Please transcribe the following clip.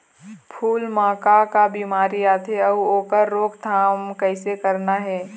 फूल म का का बिमारी आथे अउ ओखर रोकथाम कइसे करना हे?